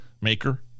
maker